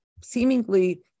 seemingly